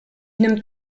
nimmt